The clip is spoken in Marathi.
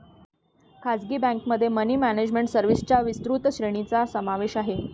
खासगी बँकेमध्ये मनी मॅनेजमेंट सर्व्हिसेसच्या विस्तृत श्रेणीचा समावेश आहे